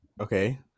Okay